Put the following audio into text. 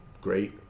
great